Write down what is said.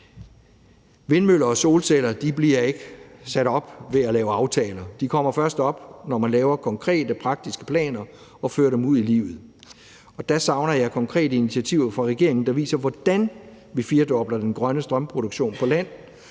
Vindmøller og solceller bliver ikke sat op ved at lave aftaler. De kommer først op, når man laver konkrete praktiske planer og fører dem ud i livet. Der savner jeg konkrete initiativer fra regeringen, der viser, hvordan vi firedobler den grønne strømproduktion på land,